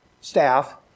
staff